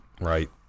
Right